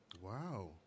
wow